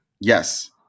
yes